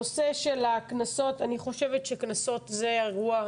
אני חושבת שקנסות זה אירוע,